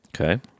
Okay